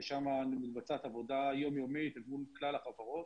ושם מתבצעת עבודה יום-יומית עבור כלל החברות,